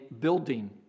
building